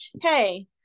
hey